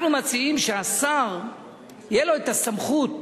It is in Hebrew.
אנחנו מציעים שלשר תהיה הסמכות,